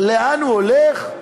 ולאן הוא הולך?